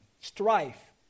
strife